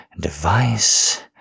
device